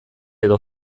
edo